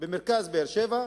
במרכז באר-שבע,